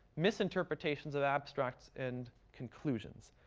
misinterpretations of abstracts and conclusions.